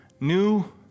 new